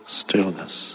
stillness